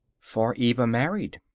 for eva married.